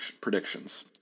predictions